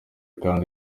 kandi